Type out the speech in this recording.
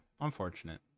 Unfortunate